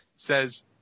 Says